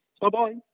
Bye-bye